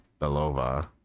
Belova